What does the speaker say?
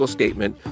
statement